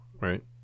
Right